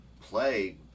play